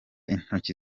intoki